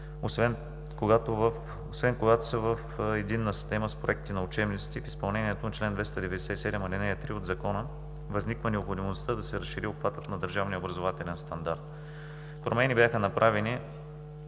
освен когато са в единна система с проектите на учебниците и в изпълнението на чл. 297, ал. 3 от Закона, възниква необходимостта да се разшири обхватът на държавния образователен стандарт. Промени бяха направени